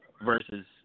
versus